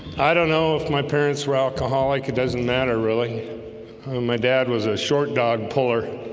i don't know if my parents were alcoholic it doesn't matter really my dad was a short dog puller